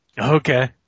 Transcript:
Okay